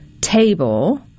table